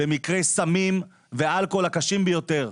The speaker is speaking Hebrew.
במקרי סמים ואלכוהול הקשים ביותר.